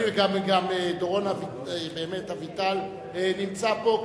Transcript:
גם דורון אביטל נמצא פה,